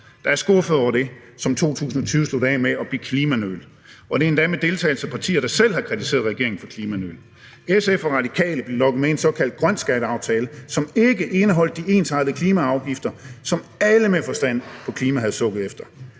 der er skuffede over det, som 2020 sluttede af med af klimanøl, og det er endda med deltagelse af partier, der selv har kritiseret regeringen for klimanøl. SF og Radikale blev lokket med i en såkaldt grøn skatteaftale, som ikke indeholdt de ensartede klimaafgifter, som alle med forstand på klima havde sukket efter.